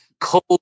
Cold